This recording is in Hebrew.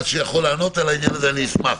שיכול לענות על העניין הזה אני אשמח.